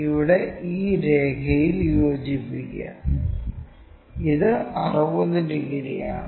ഇവിടെ ഈ രേഖയിൽ യോജിപ്പിക്കുക ഇത് 60 ഡിഗ്രിയാണ്